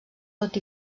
tot